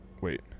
wait